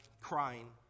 crying